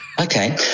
Okay